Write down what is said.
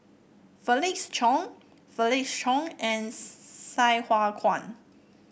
Felix Cheong Felix Cheong and Sai Hua Kuan